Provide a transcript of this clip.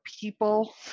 people